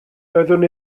doeddwn